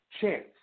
chance